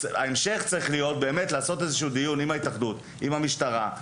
ההמשך שצריך להיות הוא לעשות דיון עם התאחדות ועם המשטרה,